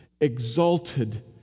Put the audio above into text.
Exalted